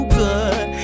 good